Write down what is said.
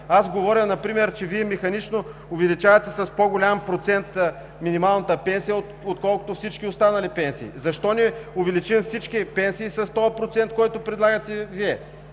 Аз давам например, че Вие механично увеличавате с по-голям процент минималната пенсия, отколкото всички останали пенсии. Защо не увеличим всички пенсии с този процент, който предлагате Вие?